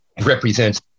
represents